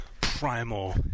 primal